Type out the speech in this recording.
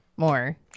more